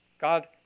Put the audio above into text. God